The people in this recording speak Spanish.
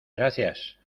gracias